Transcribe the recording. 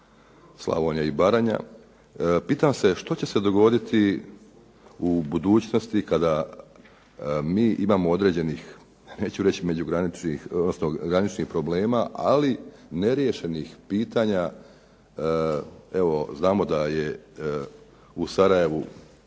Slavonija i Baranja. Pitam se što će se dogoditi u budućnosti kada mi imamo određenih neću reći graničnih problema ali neriješenih pitanja. Evo, znamo da je u Sarajevu